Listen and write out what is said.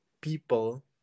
people